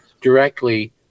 directly